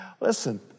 listen